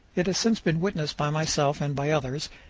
it has since been witnessed by myself and by others,